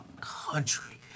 country